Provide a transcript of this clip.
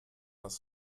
das